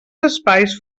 espais